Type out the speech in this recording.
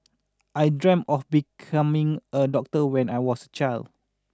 I dreamt of becoming a doctor when I was child